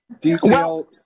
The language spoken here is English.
detail